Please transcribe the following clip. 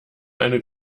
eine